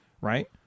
Right